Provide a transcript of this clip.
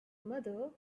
mother